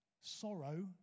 sorrow